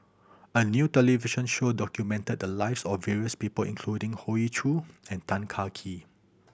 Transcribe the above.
a new television show documented the lives of various people including Hoey Choo and Tan Kah Kee